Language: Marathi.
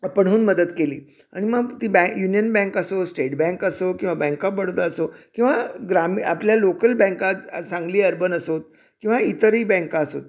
आपण होऊन मदत केली आणि मग ती बँक युनियन बँक असो स्टेट बँक असो किंवा बँक ऑफ बडोदा असो किंवा ग्रामी आपल्या लोकल बँकात सांगली अर्बन असोत किंवा इतरही बँका असोत